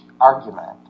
argument